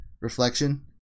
Reflection